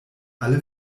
alle